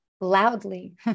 loudly